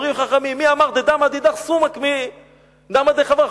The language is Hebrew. אומרים חכמים: מי אמר "דדמא דידך סומק טפי מדמא דחברך"?